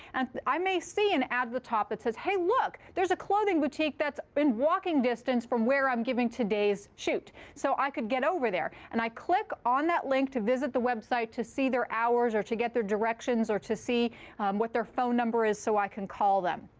and i may see an ad at the top that says, hey, look. there's a clothing boutique that's in walking distance from where i'm giving today's shoot. so i could get over there. and i click on that link to visit the website to see their hours or to get their directions or to see what their phone number is so i can call them.